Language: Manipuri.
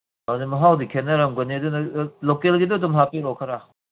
ꯑꯗꯨ ꯃꯍꯥꯎꯗꯤ ꯈꯦꯠꯅꯔꯝꯒꯅꯤ ꯑꯗꯨ ꯂꯣꯀꯦꯜꯒꯤꯗꯣ ꯑꯗꯨꯝ ꯍꯥꯞꯄꯤꯔꯛꯑꯣ ꯈꯔ